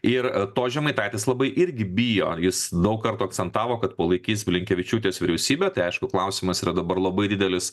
ir to žemaitaitis labai irgi bijo jis daug kartų akcentavo kad palaikys blinkevičiūtės vyriausybę tai aišku klausimas yra dabar labai didelis